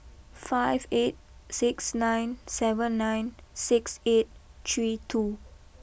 five eight six nine seven nine six eight three two